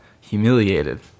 humiliated